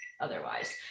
otherwise